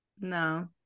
No